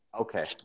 Okay